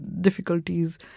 difficulties